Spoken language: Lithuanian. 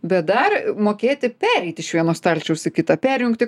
bet dar mokėti pereit iš vieno stalčiaus į kitą perjungti